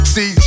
See